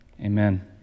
amen